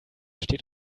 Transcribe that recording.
steht